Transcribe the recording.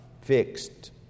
fixed